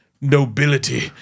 nobility